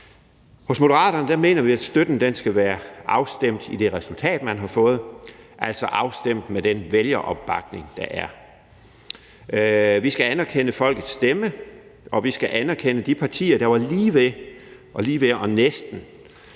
Hos Moderaterne mener vi, at støtten skal være afstemt med det resultat, man har fået, altså afstemt med den vælgeropbakning, der er. Vi skal anerkende folkets stemme, og vi skal anerkende de partier, der var lige ved at komme ind, lige ved og næsten.